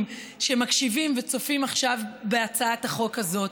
שמקשיבים וצופים עכשיו בהצעת החוק הזאת.